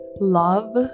love